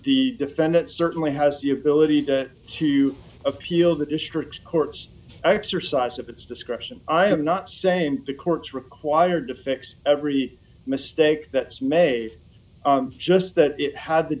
e defendant certainly has the ability to appeal the district court's exercise of its discretion i am not saying the courts required to fix every mistake that's may just that it had the